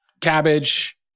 Cabbage